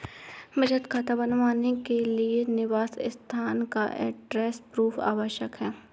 बचत खाता बनवाने के लिए निवास स्थान का एड्रेस प्रूफ आवश्यक है